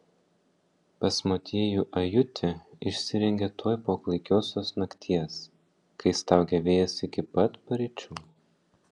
pas motiejų ajutį išsirengė tuoj po klaikiosios nakties kai staugė vėjas iki pat paryčių